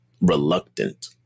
reluctant